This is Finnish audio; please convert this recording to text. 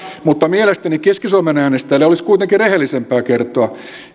mutta mielestäni keski suomen äänestäjille olisi kuitenkin rehellisempää kertoa